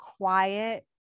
quiet